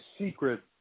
secret